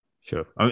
Sure